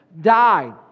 died